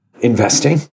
investing